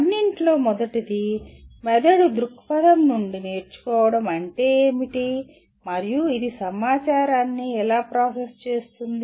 అన్నింటిలో మొదటిది మెదడు దృక్పథం నుండి నేర్చుకోవడం అంటే ఏమిటి మరియు ఇది సమాచారాన్ని ఎలా ప్రాసెస్ చేస్తుంది